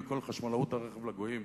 וכל חשמלאות הרכב לגויים,